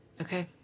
Okay